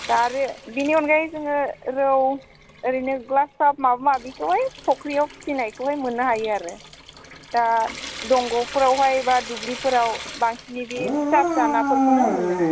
दा रो बेनि अनगायै जोङो रौ ओरैनो ग्लासाब माबा माबिखौहाय फुख्रियाव फिसिनायखौहाय मोननो हायो आरो दा दंग'फोरावहाय बा दुब्लिफोराव बांसिनि बे फिसा फिसा नाफोरखौनो मोनो